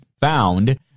found